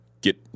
Get